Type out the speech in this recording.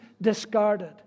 discarded